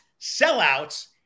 sellouts